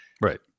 right